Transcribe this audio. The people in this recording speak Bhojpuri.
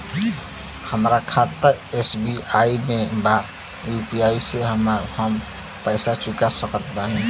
हमारा खाता एस.बी.आई में बा यू.पी.आई से हम पैसा चुका सकत बानी?